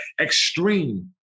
extreme